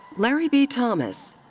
larry b. thomas.